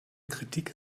kritik